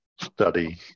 study